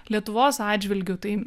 lietuvos atžvilgiu tai